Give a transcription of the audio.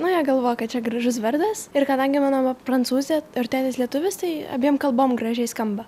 na jie galvoja kad čia gražus vardas ir kadangi mano mama prancūzė ir tėtis lietuvis tai abiem kalbom gražiai skamba